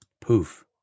Poof